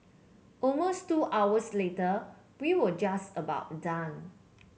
almost two hours later we were just about done